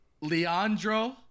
leandro